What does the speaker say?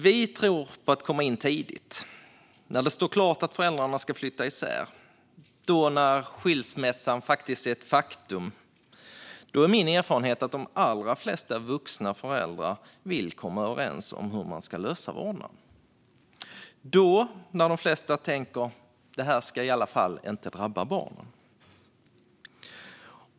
Vi tror på att komma in tidigt, när det står klart att föräldrarna ska flytta isär, när skilsmässan är ett faktum. Min erfarenhet är att de allra flesta vuxna föräldrar då vill komma överens om hur man ska lösa vårdnaden, då när de flesta tänker att det här i alla fall inte ska drabba barnen.